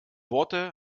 worte